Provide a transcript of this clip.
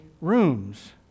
rooms